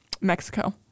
Mexico